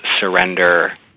surrender